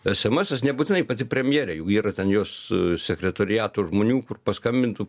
esemesas nebūtinai pati premjerė jau yra ten jos sekretoriato žmonių kur paskambintų